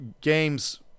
games